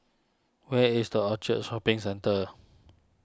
where is the Orchard Shopping Centre